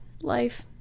life